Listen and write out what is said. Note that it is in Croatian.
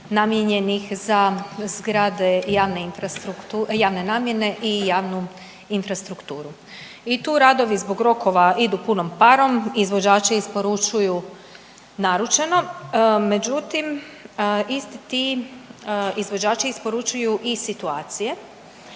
javne infrastruktu…, javne namjene i javnu infrastrukturu i tu radovi zbog rokova idu punom parom, izvođači isporučuju naručeno, međutim isti ti izvođači isporučuju i situacije,